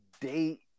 date